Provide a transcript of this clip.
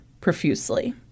profusely